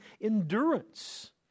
endurance